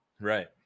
right